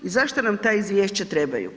I zašto nam ta izvješća trebaju?